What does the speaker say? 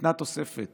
ניתנה תוספת